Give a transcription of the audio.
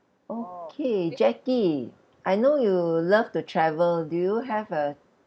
okay jackie I know you love to travel do you have a